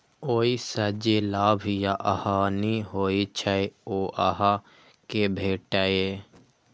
ओइ सं जे लाभ या हानि होइ छै, ओ अहां कें भेटैए